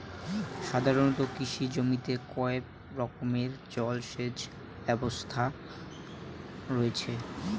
সাধারণত কৃষি জমিতে কয় রকমের জল সেচ ব্যবস্থা রয়েছে?